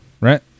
right